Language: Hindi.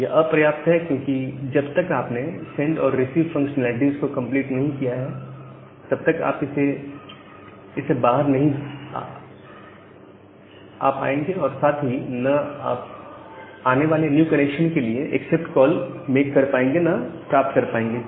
यह अपर्याप्त है क्योंकि जब तक आपने सेंड और रिसीव फंक्शनैलिटीज को कंप्लीट नहीं किया है तब तक आप इससे बाहर नहीं आप आएंगे और साथ ही ना ही आप आने वाले न्यू कनेक्शन के लिए एक्सेप्ट कॉल मेक कर पाएंगे ना प्राप्त कर पाएंगे